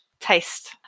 taste